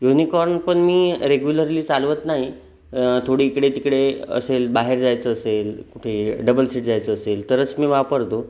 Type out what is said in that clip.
unicorn पण मी regularly चालवत नाही थोडी इकडे तिकडे असेल बाहेर जायचं असेल कुठे डबल सीट जायचं असेल तरच मी वापरतो